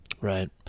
right